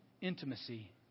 Intimacy